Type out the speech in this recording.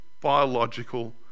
biological